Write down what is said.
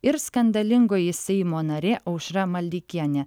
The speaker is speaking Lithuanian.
ir skandalingoji seimo narė aušra maldeikienė